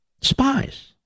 Spies